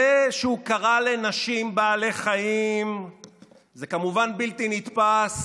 זה שהוא קרא לנשים בעלי חיים זה כמובן בלתי נתפס